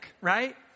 right